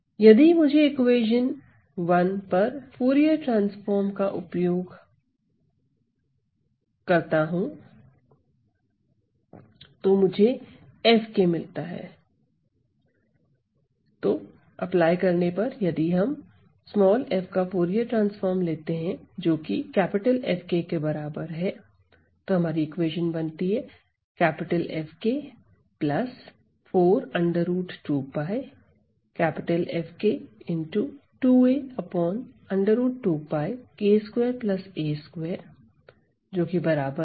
यदि मुझे इक्वेशन पर फूरिये ट्रांसफॉर्म का उपयोग करता हूं तो मुझे F मिलता है 1' इस फंक्शन का फूरिये ट्रांसफॉर्म हम पहले भी पढ़ चुके है